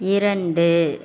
இரண்டு